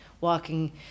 walking